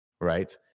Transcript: right